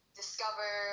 discover